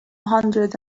hundred